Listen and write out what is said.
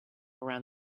around